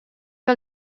que